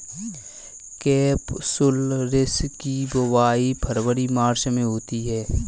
capsularis की बुवाई फरवरी मार्च में होती है